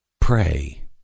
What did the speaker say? Pray